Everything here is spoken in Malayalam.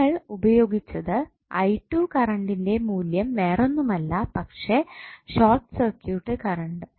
നമ്മൾ ഉപയോഗിച്ചത് കറണ്ടിന്റെ മൂല്യം വേറൊന്നുമല്ല പക്ഷെ ഷോർട്ട് സർക്യൂട്ട് കറണ്ട്